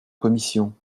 commission